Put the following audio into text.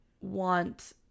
want